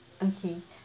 okay